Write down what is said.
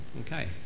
Okay